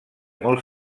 molt